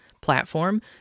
platform